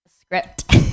script